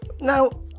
Now